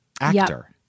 actor